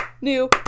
new